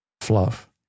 Fluff